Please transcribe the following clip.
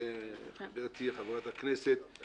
גברתי חברת הכנסת,